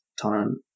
time